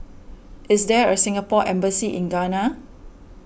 is there a Singapore Embassy in Ghana